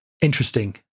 interesting